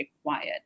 required